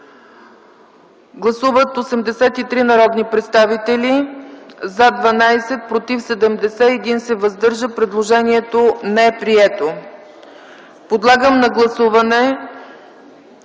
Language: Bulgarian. Гласували 86 народни представители: за 13, против 71, въздържали се 2. Предложението не е прието. Подлагам на гласуване